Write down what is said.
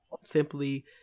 simply